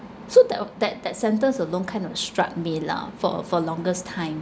so that o~ that that sentence alone kind of struck me lah for for longest time